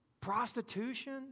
Prostitution